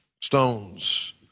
stones